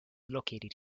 located